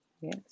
Yes